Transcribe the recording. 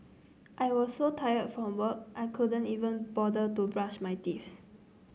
I was so tired from work I couldn't even bother to brush my teeth